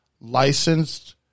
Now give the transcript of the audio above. licensed